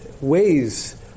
ways